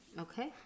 Okay